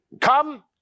Come